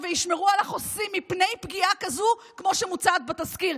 וישמרו על החוסים מפני פגיעה כזאת כמו שמוצעת בתזכיר.